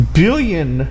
billion